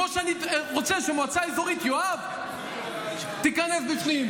כמו שאני רוצה שמועצה אזורית יואב תיכנס בפנים,